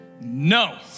No